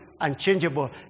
unchangeable